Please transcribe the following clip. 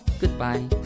Goodbye